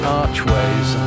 archways